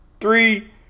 Three